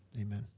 amen